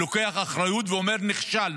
ומסיים את תפקידו, לוקח אחריות ואומר: נכשלנו.